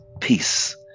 peace